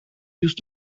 used